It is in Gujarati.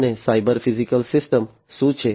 અને સાયબર ફિઝિકલ સિસ્ટમ શું છે